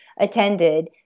attended